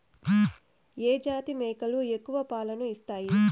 ఏ జాతి మేకలు ఎక్కువ పాలను ఇస్తాయి?